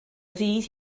ddydd